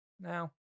now